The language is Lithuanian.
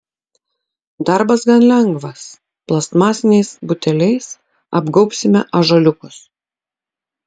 darbas gan lengvas plastmasiniais buteliais apgaubsime ąžuoliukus